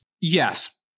Yes